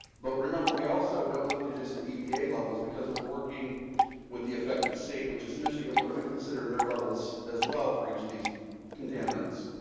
but remember, we also don't look to just the epa levels, because we're working with the affected state, which is michigan, we're going to consider their levels, as well, for each of these contaminants.